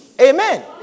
Amen